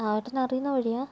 ആ ഏട്ടന് അറിയുന്ന വഴിയാണോ